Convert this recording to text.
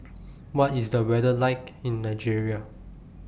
What IS The weather like in Nigeria